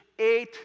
eight